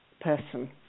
person